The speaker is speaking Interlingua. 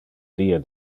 die